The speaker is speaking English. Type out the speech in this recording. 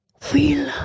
Feel